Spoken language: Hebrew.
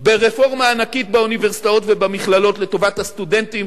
ברפורמה ענקית באוניברסיטאות ובמכללות לטובת הסטודנטים,